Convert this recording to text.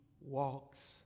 walks